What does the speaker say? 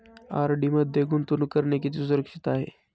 RD मध्ये गुंतवणूक करणे किती सुरक्षित आहे?